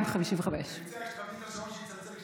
2:55. אני מציע שתכווני את השעון שיצלצל.